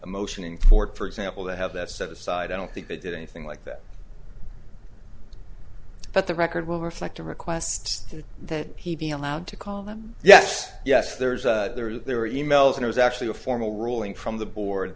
a motion in court for example they have that set aside i don't think they did anything like that but the record will reflect a request that he be allowed to call them yes yes there is there were there were e mails there was actually a formal ruling from the board